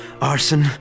arson